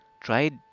tried